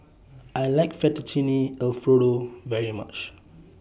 I like Fettuccine Alfredo very much